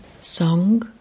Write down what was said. Song